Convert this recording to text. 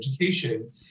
education